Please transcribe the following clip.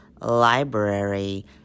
library